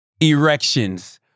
erections